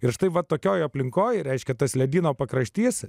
ir štai va tokioje aplinkoje reiškia tas ledyno pakraštys